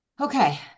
Okay